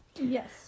Yes